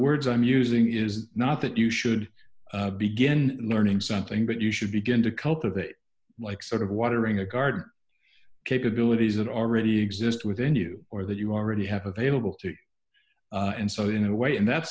words i'm using is not that you should begin learning something but you should begin to cultivate like sort of watering a garden capabilities that already exist within you or that you already have available to and so in a way in that